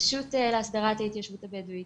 רשות להסדרת ההתיישבות הבדואית,